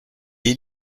est